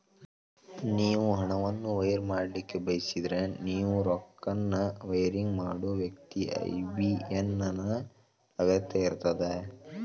ನೇವು ಹಣವನ್ನು ವೈರ್ ಮಾಡಲಿಕ್ಕೆ ಬಯಸಿದ್ರ ನೇವು ರೊಕ್ಕನ ವೈರಿಂಗ್ ಮಾಡೋ ವ್ಯಕ್ತಿ ಐ.ಬಿ.ಎ.ಎನ್ ನ ಅಗತ್ಯ ಇರ್ತದ